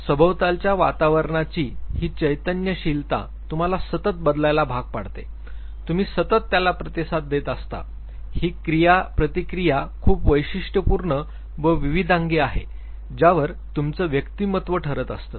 सभोतालच्या वातावरणाची ही चैतन्यशीलता तुम्हाला सतत बदलायला भाग पाडते तुम्ही सतत त्याला प्रतिसाद देत असता ही क्रिया प्रतिक्रिया खूप वैशिष्टपूर्ण व विविधांगी आहे ज्यावर तुमचं व्यक्तिमत्व ठरत असतं